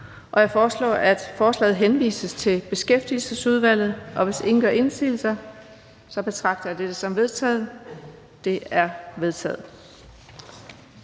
folketingsbeslutning henvises til Beskæftigelsesudvalget. Hvis ingen gør indsigelse, betragter jeg dette som vedtaget. Det er vedtaget.